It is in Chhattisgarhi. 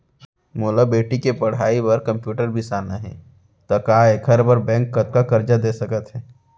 मोला बेटी के पढ़ई बार कम्प्यूटर बिसाना हे त का एखर बर बैंक कतका करजा दे सकत हे?